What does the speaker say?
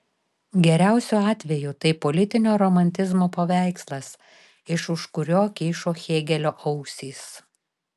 geriausiu atveju tai politinio romantizmo paveikslas iš už kurio kyšo hėgelio ausys